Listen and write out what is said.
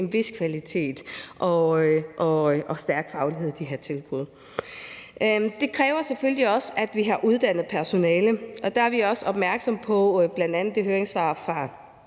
en vis kvalitet og stærk faglighed i de her tilbud. Det kræver selvfølgelig også, at vi har uddannet personale. Der er vi opmærksomme på bl.a. det høringssvar fra